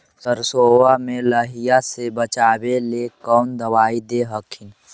सरसोबा मे लाहि से बाचबे ले कौन दबइया दे हखिन?